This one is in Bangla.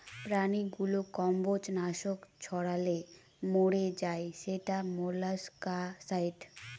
প্রাণীগুলো কম্বজ নাশক ছড়ালে মরে যায় সেটা মোলাস্কাসাইড